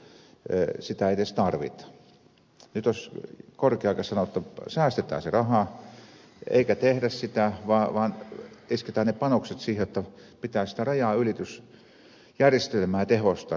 nyt olisi korkea aika sanoa jotta säästetään se raha eikä tehdä sitä vaan isketään ne panokset siihen jotta sitä rajanylitysjärjestelmää pitää tehostaa